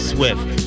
Swift